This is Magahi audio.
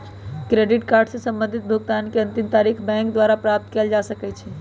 क्रेडिट कार्ड से संबंधित भुगतान के अंतिम तारिख बैंक द्वारा प्राप्त कयल जा सकइ छइ